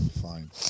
Fine